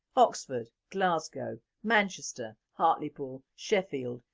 oxford, glasgow, manchester, hartlepool, sheffield,